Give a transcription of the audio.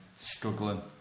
struggling